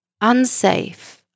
unsafe